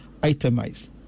itemize